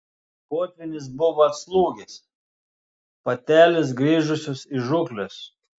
potvynis buvo atslūgęs patelės grįžusios iš žūklės